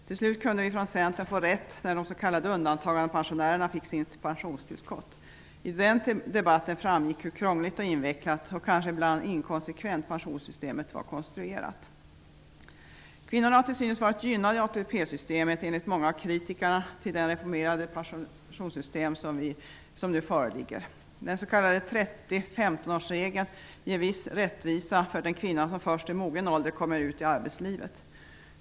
Till slut kunde vi från Centerpartiet få rätt när de s.k. undantagandepensionärerna fick sitt pensionstillskott. I den debatten framgick hur krångligt och invecklat och kanske ibland inkonsekvent pensionssystemet var konstruerat. Kvinnorna har till synes varit gynnade i ATP systemet enligt många av kritikerna till det reformerade pensionssystem som nu föreligger. Den s.k. 30/15-års-regeln ger viss rättvisa för den kvinna som först i mogen ålder kommer ut i arbetslivet.